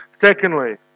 Secondly